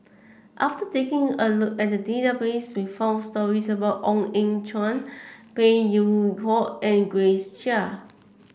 after taking a look at database we found stories about Ong Eng Guan Phey Yew Kok and Grace Chia